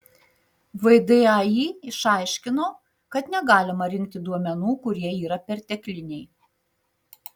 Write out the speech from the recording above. vdai išaiškino kad negalima rinkti duomenų kurie yra pertekliniai